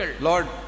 Lord